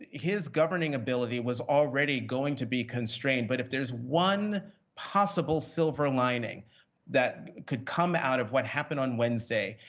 his governing ability was already going to be constrained. but if there's one possible silver lining that could come out of what happened on wednesday,